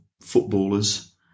footballers